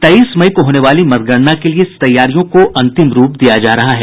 तेईस मई को होने वाली मतगणना के लिये तैयारियों को अंतिम रूप दिया जा रहा है